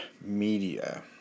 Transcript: media